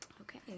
Okay